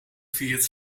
viert